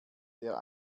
der